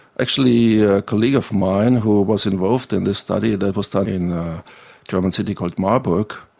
actually a colleague of mine who was involved in this study that was done in a german city called marburg,